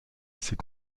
ces